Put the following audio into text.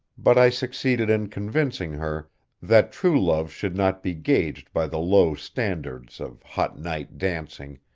but i succeeded in convincing her that true love should not be gauged by the low standards of hot-night dancing,